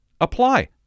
Apply